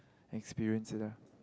experience it lah